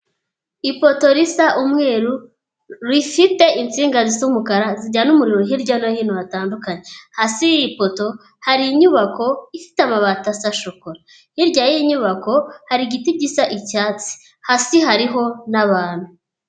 Ipoto risa umweru rifite insingazi zisa umukara zijyana umuriro hirya no hino hatandukanye. Hasi yiyi poto hari inyubako ifite amabati asa shokora. Hirya y'iyi nyubako hari igiti gisa icyatsi. Hasi hariho n'abantu.